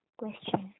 question